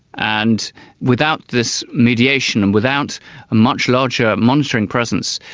and without this mediation and without a much larger monitoring presence,